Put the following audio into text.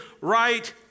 right